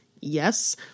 yes